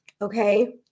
Okay